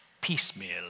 piecemeal